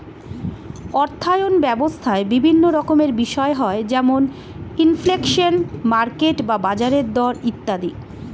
অর্থায়ন ব্যবস্থায় বিভিন্ন রকমের বিষয় হয় যেমন ইনফ্লেশন, মার্কেট বা বাজারের দর ইত্যাদি